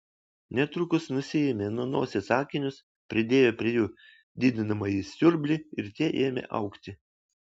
netrukus nusiėmė nuo nosies akinius pridėjo prie jų didinamąjį siurblį ir tie ėmė augti